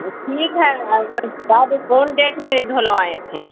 ٹھیک ہے اگر کیا کون ڈیٹ میں دھلوائے تھے